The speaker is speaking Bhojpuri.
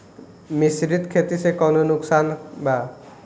मिश्रित खेती से कौनो नुकसान बा?